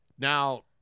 Now